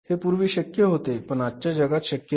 हे पूर्वी शक्य होते पण आजच्या जगात शक्य नाही